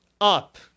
up